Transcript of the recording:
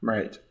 Right